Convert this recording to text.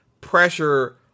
pressure